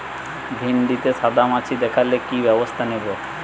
ভিন্ডিতে সাদা মাছি দেখালে কি ব্যবস্থা নেবো?